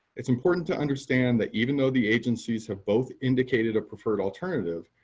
it's important to understand that even though the agencies have both indicated a preferred alternative,